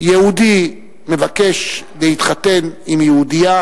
יהודי מבקש להתחתן עם יהודייה,